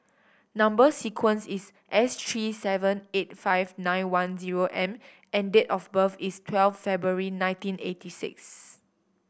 number sequence is S three seven eight five nine one zero M and date of birth is twelve February nineteen eighty six